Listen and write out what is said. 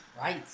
Right